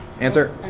Answer